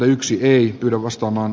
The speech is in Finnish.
äänestän ei joudu vastaamaan